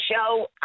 show